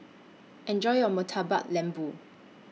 Enjoy your Murtabak Lembu